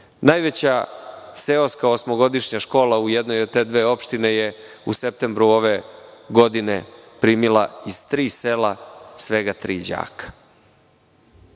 Najveća seoska osmogodišnja škola u jednoj od te dve opštine je u septembru ove godine primila iz tri sela svega tri đaka. Ono